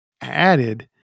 added